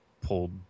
pulled